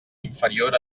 inferior